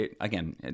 again